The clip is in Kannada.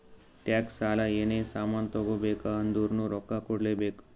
ಟ್ಯಾಕ್ಸ್, ಸಾಲ, ಏನೇ ಸಾಮಾನ್ ತಗೋಬೇಕ ಅಂದುರ್ನು ರೊಕ್ಕಾ ಕೂಡ್ಲೇ ಬೇಕ್